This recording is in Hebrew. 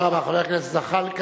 תודה רבה לחבר הכנסת זחאלקה.